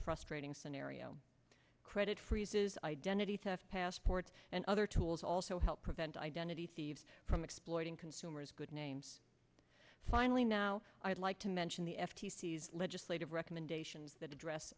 frustrating scenario credit freezes identity theft passports and other tools also help prevent identity thieves from exploiting consumers good names finally now i'd like to mention the f t c is legislative recommendations that address